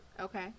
Okay